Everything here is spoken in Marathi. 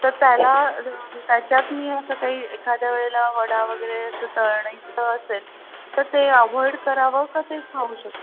तर त्याला त्याच्यात मी असं काही एखाद्या वेळेला वडा वगैरे असं तळणीचं असेल तर ते अव्हॉइड करावं का ते खाऊ शक